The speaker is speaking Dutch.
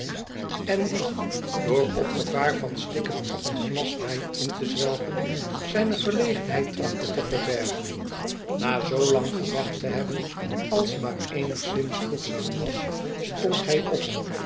en die door op gevaar van stikken af een glas wijn in te zwelgen zijne verlegenheid trachtte te verbergen na zoo lang gewacht te hebben als maar eenigszins voegzaam was stond hij op